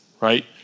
right